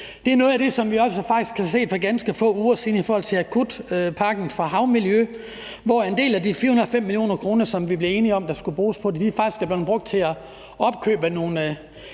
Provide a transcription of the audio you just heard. Det er noget af det, som vi også faktisk kunne se for ganske få uger siden i forhold til akutpakken for havmiljø, hvor en del af de 405 mio. kr., som vi blev enige om skulle bruges på det, faktisk er blevet brugt til at opkøbe nogle